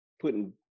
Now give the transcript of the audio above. putting